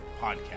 Podcast